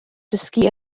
dysgu